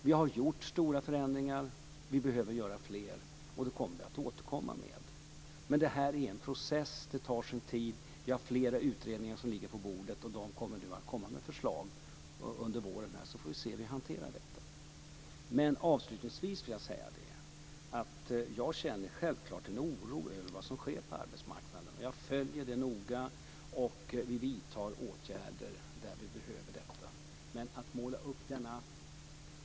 Vi har gjort stora förändringar, och vi behöver göra fler. Det återkommer vi med. Men det här är en process, och det tar sin tid. Vi har flera utredningar som ligger på bordet, och de kommer med förslag under våren. Sedan får vi se hur vi hanterar detta. Avslutningsvis vill jag säga att jag självfallet känner en oro över vad som sker på arbetsmarknaden. Jag följer det noga, och vi vidtar åtgärder där de behövs.